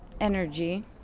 energy